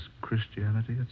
Christianity